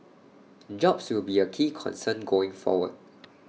jobs will be A key concern going forward